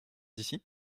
ici